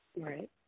Right